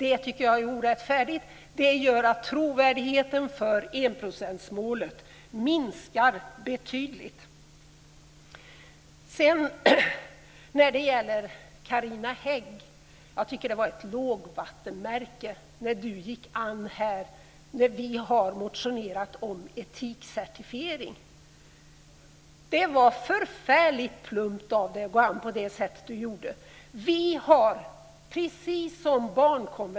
Det tycker jag är orättfärdigt, det gör att trovärdigheten för enprocentsmålet minskar betydligt. Jag tycker att det var ett lågvattenmärke när Carina Högg här gick an när vi har motionerat om etikcertifiering. Det var förfärligt plumpt av henne att gå an på det sättet.